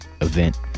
event